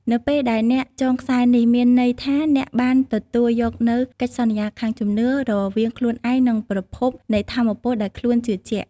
នៅពេលដែលអ្នកចងខ្សែនេះ មានន័យថាអ្នកបាន ទទួលយកនូវកិច្ចសន្យាខាងជំនឿ រវាងខ្លួនឯង និងប្រភពនៃថាមពលដែលខ្លួនជឿជាក់។